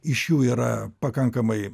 iš jų yra pakankamai